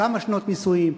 כמה שנות נישואים,